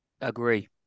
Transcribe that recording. Agree